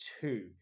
two